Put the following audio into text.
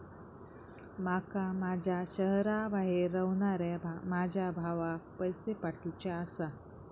माका माझ्या शहराबाहेर रव्हनाऱ्या माझ्या भावाक पैसे पाठवुचे आसा